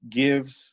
gives